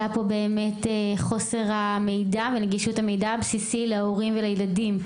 עלה פה חוסר המידע ונגישות המידע הבסיסי להורים ולילדים,